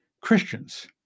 christians